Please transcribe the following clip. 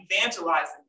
evangelizing